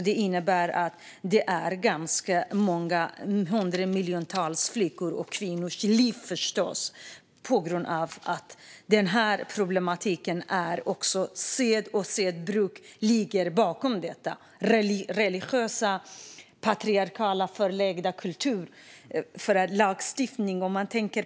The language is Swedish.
Det innebär att hundratals miljoner flickors och kvinnors liv förstörs på grund av problematiken med seder och bruk som ligger bakom detta. Det handlar om religiösa, patriarkala och förlegade kulturer.